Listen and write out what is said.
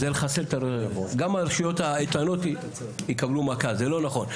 גם הרשויות האיתנות יקבלו מכה זה לא נכון,